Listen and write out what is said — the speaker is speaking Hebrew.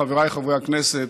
חבריי חברי הכנסת,